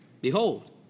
Behold